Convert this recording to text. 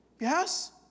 Yes